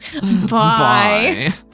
Bye